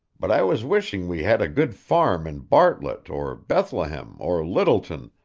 but i was wishing we had a good farm in bartlett, or bethlehem, or littleton,